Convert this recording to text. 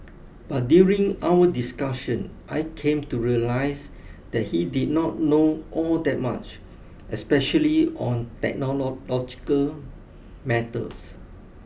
but during our discussion I came to realise that he did not know all that much especially on technological matters